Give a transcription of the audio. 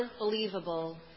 unbelievable